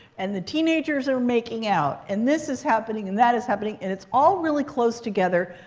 and the teenagers are making out. and this is happening. and that is happening. and it's all really close together,